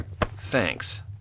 Thanks